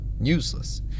useless